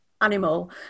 animal